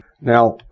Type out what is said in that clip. Now